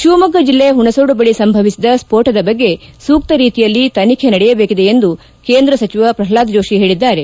ಶಿವಮೊಗ್ಗ ಜಿಲ್ಲೆ ಹುಣಸೋಡು ಬಳಿ ಸಂಭವಿಸಿದ ಸ್ತೋಟದ ಬಗ್ಗೆ ಸೂಕ್ತ ರೀತಿಯಲ್ಲಿ ತನಿಖೆ ನಡೆಯಬೇಕಿದೆ ಎಂದು ಕೇಂದ್ರ ಗಣಿ ಇಲಾಖೆ ಸಚಿವ ಪ್ರಹ್ಲಾದ ಜೋಶಿ ಹೇಳಿದ್ದಾರೆ